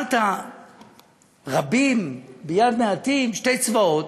מסרת רבים ביד מעטים: שני צבאות,